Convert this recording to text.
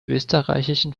österreichischen